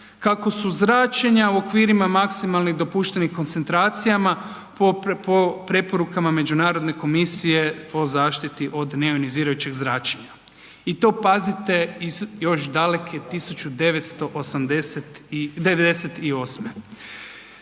kako su zračenja u okvirima maksimalnih dopuštenih koncentracijama po preporukama Međunarodne komisije o zaštiti od neionizirajućeg zračenja. I to, pazite, iz još daleke 1998.